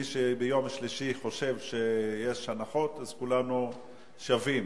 מי שביום שלישי חושב שיש הנחות, אז כולנו שווים.